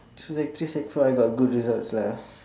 so sec three sec four I got good results lah